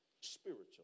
spiritual